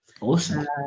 awesome